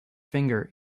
finger